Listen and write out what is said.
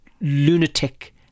lunatic